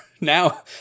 now